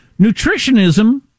Nutritionism